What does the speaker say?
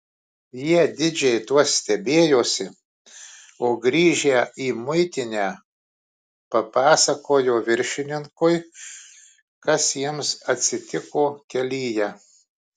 jie didžiai tuo stebėjosi o grįžę į muitinę papasakojo viršininkui kas jiems atsitiko kelyje